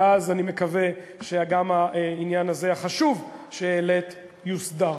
ואז אני מקווה שגם העניין החשוב הזה שהעלית יוסדר.